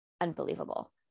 unbelievable